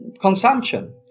consumption